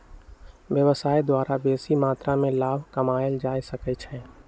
व्यवसाय द्वारा बेशी मत्रा में लाभ कमायल जा सकइ छै